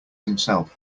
himself